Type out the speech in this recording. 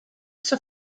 zur